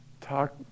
talk